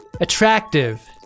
Attractive